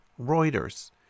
Reuters